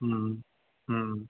हम्म हम्म